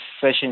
session